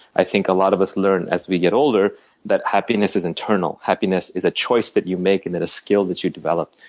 i think a lot of us learn as we get older that happiness is internal. happiness is a choice that you make and a skill that you develop,